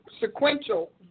sequential